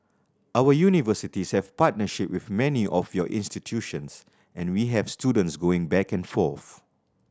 our universities have partnership with many of your institutions and we have students going back and forth